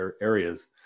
areas